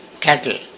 cattle